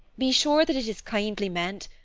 be sure that it is kindly meant,